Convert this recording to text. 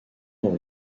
dans